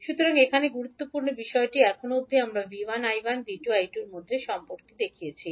সুতরাং এখানে গুরুত্বপূর্ণ বিষয়টি এখনও অবধি আমরা 𝐕1 𝐈1 এবং 𝐕2 𝐈2 এর মধ্যে সম্পর্কটি দেখিয়েছি